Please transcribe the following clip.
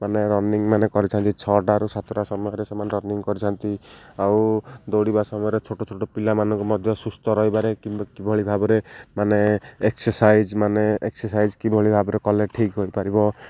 ମାନେ ରନିଙ୍ଗ ମାନେ କରିଥାନ୍ତି ଛଅଟାରୁ ସାତଟା ସମୟରେ ସେମାନେ ରନିଙ୍ଗ କରିଥାନ୍ତି ଆଉ ଦୌଡ଼ିବା ସମୟରେ ଛୋଟ ଛୋଟ ପିଲାମାନଙ୍କୁ ମଧ୍ୟ ସୁସ୍ଥ ରହିବାରେ କିମ୍ବା କିଭଳି ଭାବରେ ମାନେ ଏକ୍ସରସାଇଜ୍ ମାନେ ଏକ୍ସରସାଇଜ୍ କିଭଳି ଭାବରେ କଲେ ଠିକ୍ ହୋଇପାରିବ